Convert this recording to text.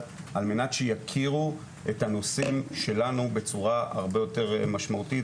שיכירו את הנושאים שלנו בצורה הרבה יותר משמעותית,